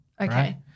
Okay